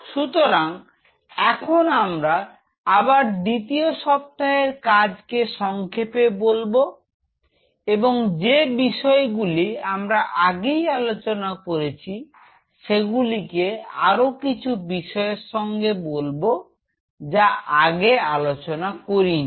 সুতরাং এখন আমরা আবার দ্বিতীয় সপ্তাহের কাজ কে সংক্ষেপে বলবো এবং যে বিষয়গুলি আমরা আগেই আলোচনা করেছি সেগুলি কে আরো কিছু বিষয়ের সঙ্গে বলব যা আগে আলোচনা করিনি